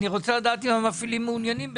אני רוצה לדעת אם המפעילים מעוניינים בזה.